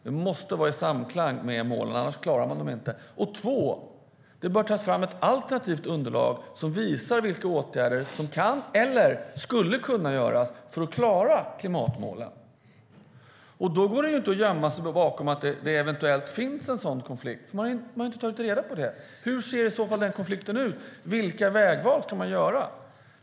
Den måsta vara i samklang med målen, annars klarar man dem inte. Den andra är att det bör tas fram ett alternativt underlag som visar vilka åtgärder som kan eller skulle kunna vidtas för att klara klimatmålen. Då går det inte att gömma sig bakom att det eventuellt finns en sådan konflikt. Man har ju inte tagit reda på hur den konflikten i så fall ser ut. Vilka vägval ska man göra?